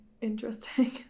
interesting